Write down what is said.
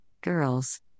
Girls